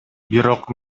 бирок